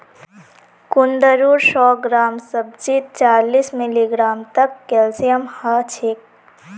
कुंदरूर सौ ग्राम सब्जीत चालीस मिलीग्राम तक कैल्शियम ह छेक